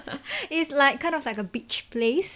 is like kind of like a beach place